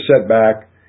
setback